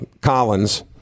Collins